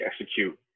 execute